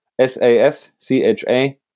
s-a-s-c-h-a